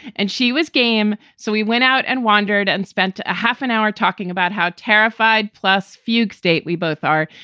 and she was game. so we went out and wandered and spent a half an hour talking about how terrified plus fugue state we both are.